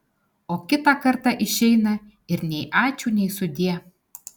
o kitą kartą išeina ir nei ačiū nei sudie